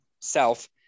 self